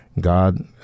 God